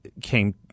came